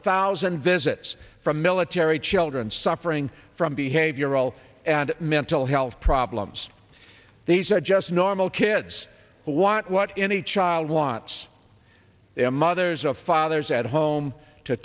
thousand visits from military children suffering from behavioral and mental health problems these are just normal kids who want what any child wants their mothers and fathers at home to